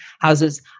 houses